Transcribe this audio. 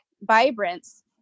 vibrance